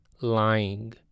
Lying